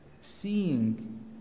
seeing